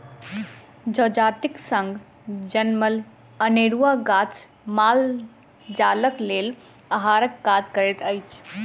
जजातिक संग जनमल अनेरूआ गाछ माल जालक लेल आहारक काज करैत अछि